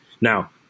Now